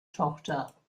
tochter